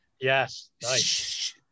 yes